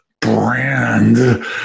brand